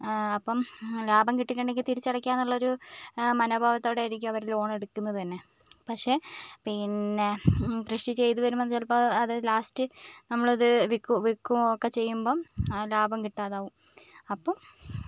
അപ്പം ലാഭം കിട്ടിയിട്ടുണ്ടെങ്കിൽ തിരിച്ചടയ്ക്കാം എന്നുള്ളൊരു മനോഭാവത്തോടെയായിരിക്കും അവര് ലോണെടുക്കുന്നത് തന്നേ പക്ഷേ പിന്നേ കൃഷി ചെയ്തു വരുമ്പം ചിലപ്പോൾ അത് ലാസ്റ്റ് നമ്മളത് വിക്കു വിൽക്കുവൊക്കെ ചെയ്യുമ്പം ആ ലാഭം കിട്ടാതാവും അപ്പോൾ